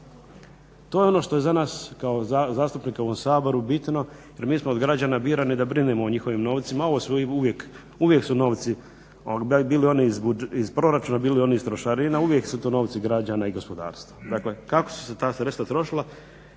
To je ono što je za nas kao zastupnike u ovom Saboru bitno jer mi smo od građana birani da brinemo o njihovim novcima. Uvijek su novci, bili oni iz proračuna, bili oni iz trošarina, uvijek su to novci građana i gospodarstva. Dakle kako su se ta sredstva trošila